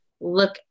look